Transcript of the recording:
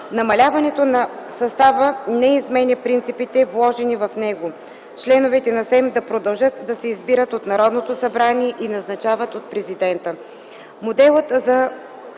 Намаляването на състава не изменя принципите, вложени в него – членовете на СЕМ да продължат да се избират от Народното събрание и назначават от Президента.